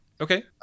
Okay